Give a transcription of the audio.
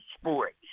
sports